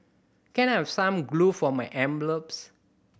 can I have some glue for my envelopes